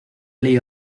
play